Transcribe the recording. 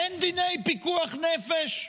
אין דיני פיקוח נפש?